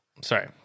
Sorry